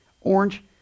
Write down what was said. orange